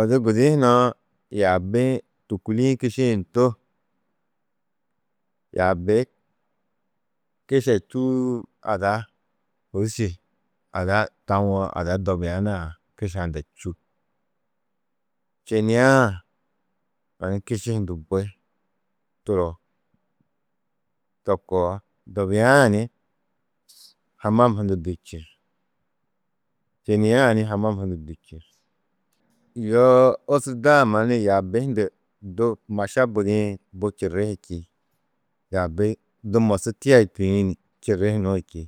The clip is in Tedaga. Odu gudi hunã yaabi-ĩ tûkuli-ĩ kiši-ĩ du yaabi kiša čûu ada hôsči ada tawo, ada dobia nuã kiša hunda čû. Čênie-ã mannu kiši hundu bui turo to koo, dobiaa-ã ni hamam hundu du čî, čênie-ã ni hamam hundu du čî. Yoo ôsurda-ã mannu yaabi hundu du maša budiĩ bu čirri hi čî, yaabi du mosu tia yûtiĩ ni čirri hunu hu čî.